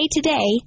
Today